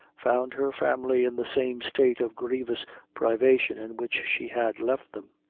found her family in the same state of grievous privation in which she had left them.